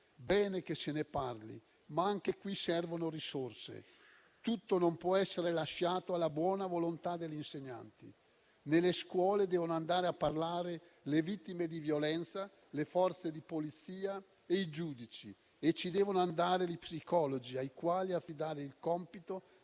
bene che se ne parli, ma anche qui servono risorse. Non può essere lasciato tutto alla buona volontà degli insegnanti. Nelle scuole devono andare a parlare le vittime di violenza, le Forze di polizia e i giudici e ci devono andare gli psicologi, ai quali affidare il compito